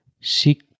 seek